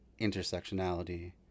intersectionality